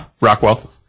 Rockwell